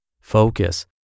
Focus